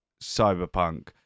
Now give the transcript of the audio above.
cyberpunk